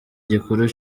gikuru